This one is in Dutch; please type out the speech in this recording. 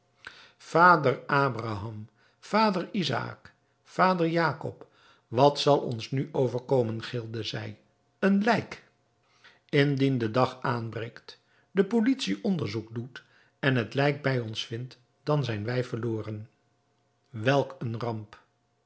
vader abraham vader izaäk vader jacob wat zal ons nu overkomen gilde zij een lijk indien de dag aanbreekt de politie onderzoek doet en het lijk bij ons vindt dan zijn wij verloren welk eene ramp